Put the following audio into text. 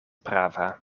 prava